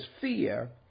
fear